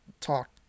talk